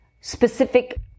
specific